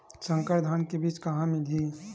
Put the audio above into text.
संकर धान के बीज कहां मिलही?